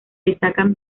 destacan